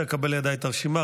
עד שאקבל לידיי את הרשימה,